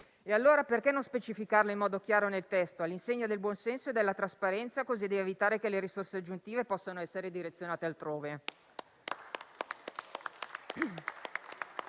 allora non specificarlo in modo chiaro nel testo, all'insegna del buonsenso e della trasparenza, così da evitare che le risorse aggiuntive possano essere direzionate altrove?